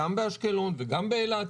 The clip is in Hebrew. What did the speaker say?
גם באשקלון וגם באילת,